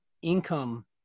income